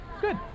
Good